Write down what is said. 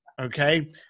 Okay